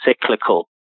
cyclical